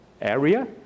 area